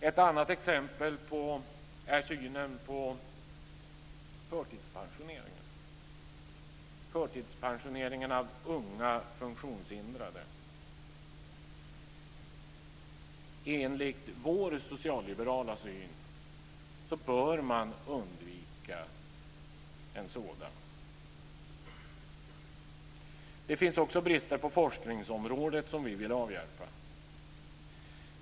Ett annat exempel är synen på förtidspensioneringen av unga funktionshindrade. Enligt vår socialliberala syn bör man undvika en sådan. Det finns också brister på forskningsområdet som vi vill avhjälpa.